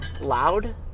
loud